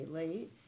late